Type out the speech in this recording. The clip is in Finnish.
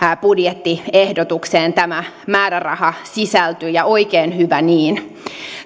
budjettiehdotukseen tämä määräraha sisältyi ja oikein hyvä niin